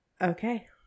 Okay